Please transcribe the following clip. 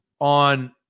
on